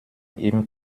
ihm